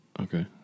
Okay